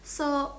so